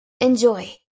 Enjoy